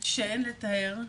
שאין לתאר,